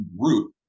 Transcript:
group